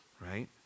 right